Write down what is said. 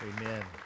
amen